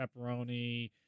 pepperoni